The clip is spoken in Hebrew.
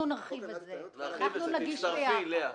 תצטרפי, לאה.